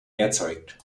erzeugt